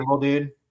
dude